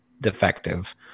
defective